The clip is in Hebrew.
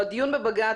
בדיון בבג"צ,